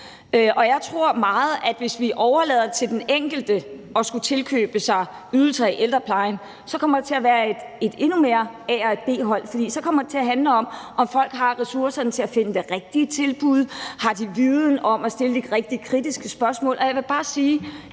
Og jeg tror meget, at hvis vi overlader det til den enkelte at skulle tilkøbe sig ydelser i ældreplejen, så kommer der endnu mere til at være et A-hold og et B-hold. For så kommer det til at handle om, om folk har ressourcerne til at finde det rigtige tilbud, og om de har viden om at stille de rigtige, kritiske spørgsmål. Og jeg vil bare sige,